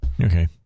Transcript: Okay